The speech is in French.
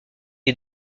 est